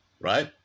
Right